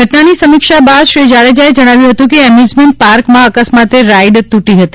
ઘટનાની સમીક્ષા બાદ શ્રી જાડેજાએ જણાવ્યું હતું કે એમ્યુઝમેન્ટ પાર્કમાં અકસ્માતે રાઈડ તૂટી હતી